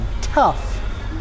tough